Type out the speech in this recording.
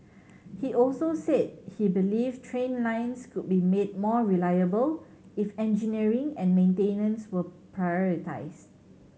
he also said he believed train lines could be made more reliable if engineering and maintenance were prioritised